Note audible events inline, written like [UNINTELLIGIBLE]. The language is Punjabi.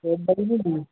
[UNINTELLIGIBLE]